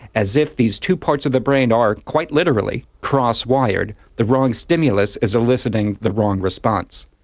as if these two parts of the brain are quite literally cross-wired, the wrong stimulus is eliciting the wrong response.